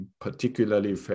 particularly